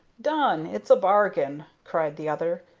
done! it's a bargain, cried the other.